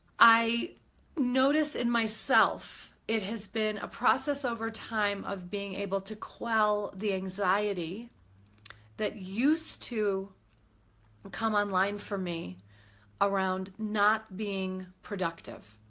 i noticed in myself it has been a process over time of being able to quell the anxiety that used to come online for me around not being productive.